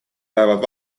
jäävad